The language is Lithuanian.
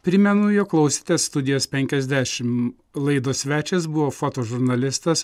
primenu jog klausėtės studijos penkiasdešim laidos svečias buvo fotožurnalistas